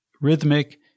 rhythmic